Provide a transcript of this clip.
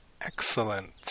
Excellent